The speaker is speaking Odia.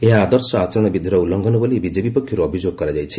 ଏହା ଆଦର୍ଶ ଆଚରଣ ବିଧିର ଉଲ୍ଲୁଘନ ବୋଲି ବିଜେପି ପକ୍ଷରୁ ଅଭିଯୋଗ କରାଯାଇଛି